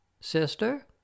Sister